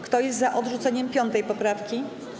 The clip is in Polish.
Kto jest za odrzuceniem 5. poprawki?